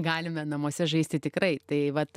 galime namuose žaisti tikrai tai vat